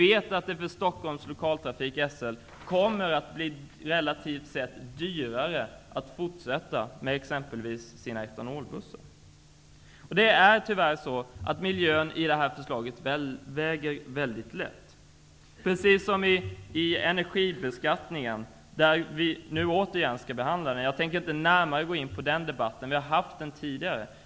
Vi vet att det för Stockholms lokaltrafik, SL, relativt sett kommer att bli dyrare att fortsätta med exempelvis etanolbussar. Tyvärr väger miljön väldigt lätt i det här förslaget, precis som när det gäller energibeskattningen. Den frågan skall vi återigen behandla. Jag tänker inte närmare gå in på den debatten. Vi har haft den tidigare.